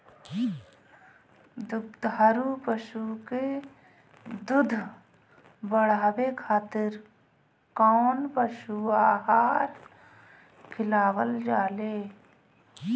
दुग्धारू पशु के दुध बढ़ावे खातिर कौन पशु आहार खिलावल जाले?